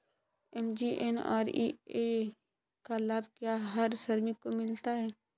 MGNREGA का लाभ क्या हर श्रमिक को मिलता है?